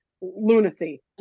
lunacy